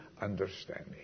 understanding